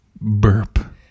burp